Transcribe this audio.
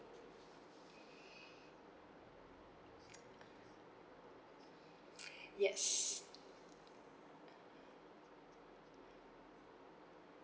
yes